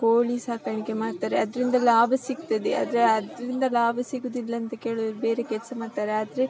ಕೋಳಿ ಸಾಕಾಣಿಕೆ ಮಾಡ್ತಾರೆ ಅದರಿಂದ ಲಾಭ ಸಿಗ್ತದೆ ಆದರೆ ಅದರಿಂದ ಲಾಭ ಸಿಗುವುದಿಲ್ಲಂತ ಕೇಳಿ ಬೇರೆ ಕೆಲಸ ಮಾಡ್ತಾರೆ ಆದರೆ